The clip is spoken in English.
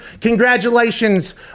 congratulations